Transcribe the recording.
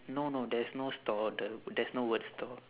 no no there's no store the there's no word store